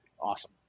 awesome